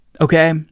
okay